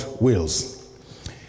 wills